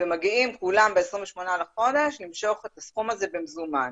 והם מגיעים כולם ב-28 בחודש למשוך את הסכום הזה במזומן.